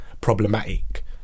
problematic